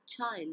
child